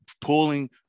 pulling